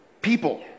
people